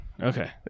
Okay